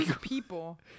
people